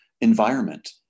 environment